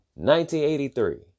1983